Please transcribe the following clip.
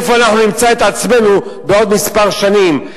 איפה אנחנו נמצא את עצמנו בעוד מספר שנים.